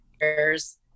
years